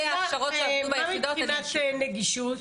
מה מבחינת נגישות?